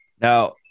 Now